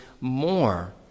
more